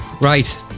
Right